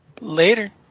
Later